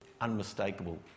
unmistakable